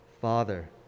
Father